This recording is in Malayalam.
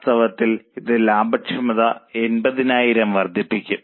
വാസ്തവത്തിൽ ഇത് ലാഭക്ഷമത 80000 വർദ്ധിപ്പിക്കും